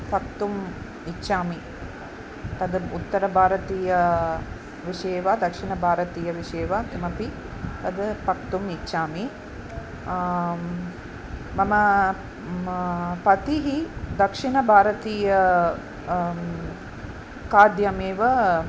पक्तुम् इच्छामि तद् उत्तरभारतीयविषये वा दक्षिणभारतीयविषये वा किमपि तद् पक्तुम् इच्छामि मम पतिः दक्षिणभारतीयं खाद्यमेव